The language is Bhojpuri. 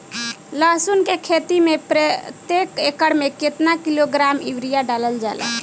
लहसुन के खेती में प्रतेक एकड़ में केतना किलोग्राम यूरिया डालल जाला?